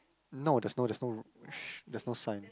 no there's no there's no sh~ there's no sign